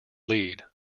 lead